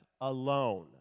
alone